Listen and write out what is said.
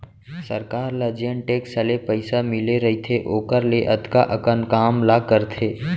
सरकार ल जेन टेक्स ले पइसा मिले रइथे ओकर ले अतका अकन काम ला करथे